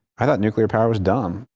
i thought nuclear power was dumb.